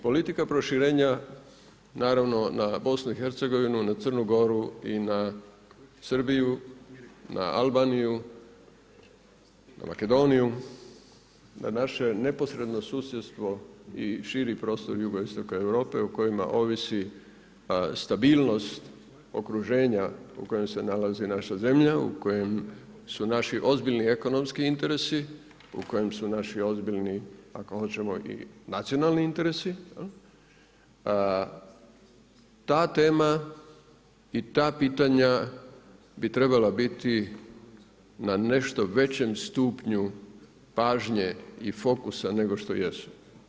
Politika proširenja, naravno na BiH, na Crnu Goru i na Srbiju, na Albaniju, na Makedoniju, na naše neposredno susjedstvo i širi prostor jugoistoka Europe o kojima ovisi stabilnost okruženja u kojem se nalazi naša zemlja, u kojem su naši ozbiljni ekonomski interesi, u kojem su naši ozbiljni ako hoćemo i nacionalni interesi, ta tema i ta pitanja bi trebala biti na nešto većem stupnju pažnje i fokusa nego što jesu.